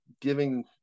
giving